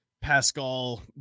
Pascal